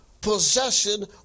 possession